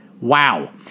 Wow